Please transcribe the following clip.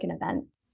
events